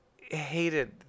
hated